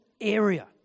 area